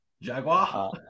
Jaguar